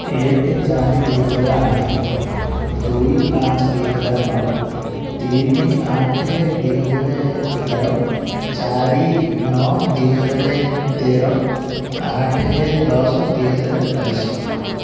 ଏକଚାରି ଦୁଇ ହଜାର ଆଠ ଦୁଇପାଞ୍ଚ ଦୁଇ ହଜାର ନଅ ତିନି ଆଠ ଦୁଇ ହଜାର ଏଗାର ଚାରିନଅ ଦୁଇ ହଜାର ତେର ଆଠ ଦଶ ଦୁଇ ହଜାର ବାଇଶ